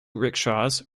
rickshaws